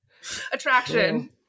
attraction